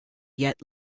yet